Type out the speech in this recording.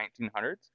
1900s